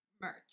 merch